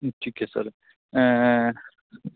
ਠੀਕ ਹੈ ਸਰ